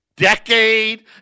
Decade